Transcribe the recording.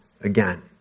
again